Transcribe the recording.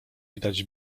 widać